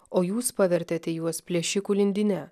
o jūs pavertėte juos plėšikų lindyne